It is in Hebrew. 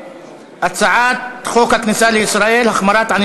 הצעת חוק הכניסה לישראל (תיקון,